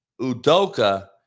Udoka